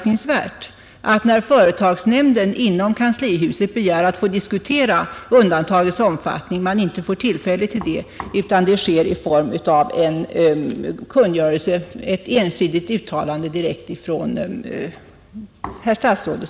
När företagsnämnden inom kanslihuset begär att få diskutera undantagens omfattning är det högst anmärkningsvärt att man inte får tillfälle att göra det utan får besked i form av en kungörelse, dvs. ett ensidigt uttalande, direkt från statsrådet.